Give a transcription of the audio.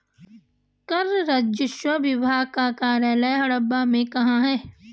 कर राजस्व विभाग का कार्यालय हावड़ा में कहाँ है?